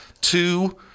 Two